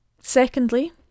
Secondly